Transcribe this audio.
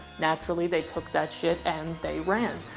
naturally, they took that shit and they ran.